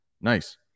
Nice